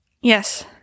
Yes